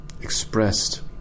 expressed